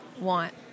want